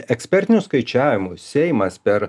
ekspertiniu skaičiavimu seimas per